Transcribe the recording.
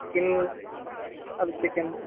किम् अवश्यकम्